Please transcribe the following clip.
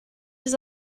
his